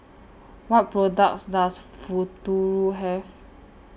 What products Does Futuro Have